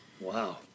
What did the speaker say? Wow